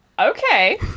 Okay